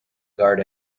guard